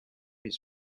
his